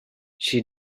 she